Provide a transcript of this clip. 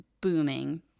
booming